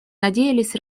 надеялись